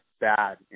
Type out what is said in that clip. bad